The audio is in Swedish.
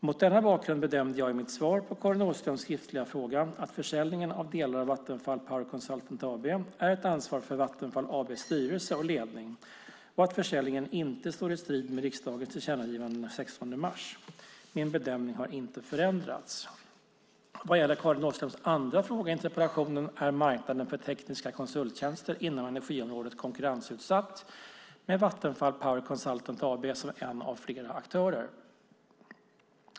Mot denna bakgrund bedömde jag i mitt svar på Karin Åströms skriftliga fråga att försäljningen av delar av Vattenfall Power Consultant AB är ett ansvar för Vattenfall AB:s styrelse och ledning och att försäljningen inte står i strid med riksdagens tillkännagivande den 16 mars. Min bedömning har inte förändrats. Vad gäller Karin Åströms andra fråga i interpellationen är marknaden för tekniska konsulttjänster inom energiområdet konkurrensutsatt med Vattenfall Power Consultant AB som en av flera aktörer.